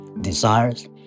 desires